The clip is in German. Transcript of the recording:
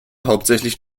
hauptsächlich